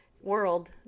world